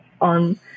on